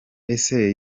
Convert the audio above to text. ese